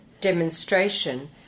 demonstration